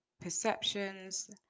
perceptions